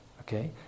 okay